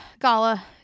gala